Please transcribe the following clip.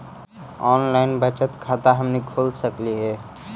Online बचत खाता हमनी खोल सकली हे?